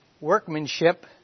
workmanship